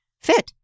fit